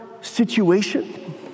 situation